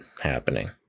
happening